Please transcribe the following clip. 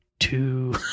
Two